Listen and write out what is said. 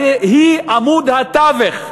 הרי היא עמוד התווך,